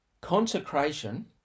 Consecration